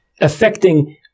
affecting